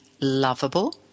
lovable